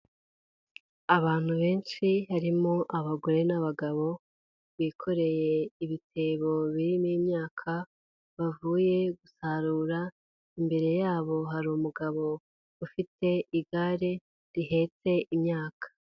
Abantu benshi harimo abagore n'abagabo, bikoreye ibitebo birimo imyaka, bavuye gusarura, imbere yabo hari umugabo ufite igare, rihetse imyaka.